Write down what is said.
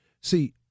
See